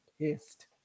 pissed